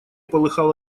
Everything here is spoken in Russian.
полыхал